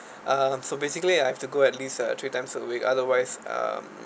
uh so basically I have to go at least uh three times a week otherwise um